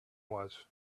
was